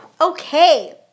Okay